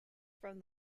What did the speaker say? from